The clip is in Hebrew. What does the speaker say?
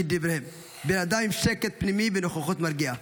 כדבריהם, בן אדם עם שקט פנימי ונוכחות מרגיעה.